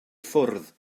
ffwrdd